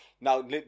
Now